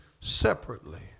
separately